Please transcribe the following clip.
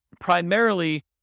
primarily